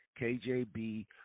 KJB